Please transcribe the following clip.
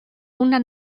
una